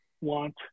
want